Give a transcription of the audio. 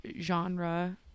genre